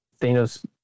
Thanos